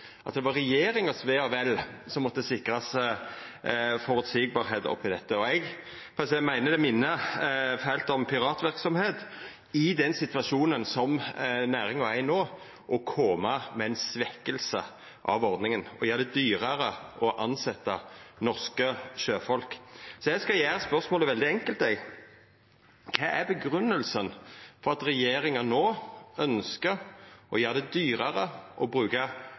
det var regjeringas ve og vel som måtte sikrast føreseielegheit oppi dette. Eg meiner det minner fælt om piratverksemd, i den situasjonen som næringa er i no, å koma med ei svekking av ordninga og gjera det dyrare å tilsetja norske sjøfolk. Eg skal gjera spørsmålet veldig enkelt: Kva er grunngjevinga for at regjeringa no ønskjer å gjera det dyrare å